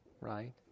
right